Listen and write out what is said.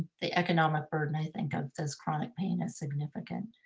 the economic burden, i think of this chronic pain is significant.